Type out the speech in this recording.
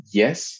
yes